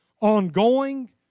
Ongoing